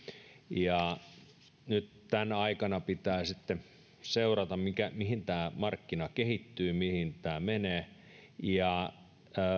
ja nyt tänä aikana pitää sitten seurata mihin tämä markkina kehittyy mihin tämä menee ja